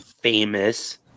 famous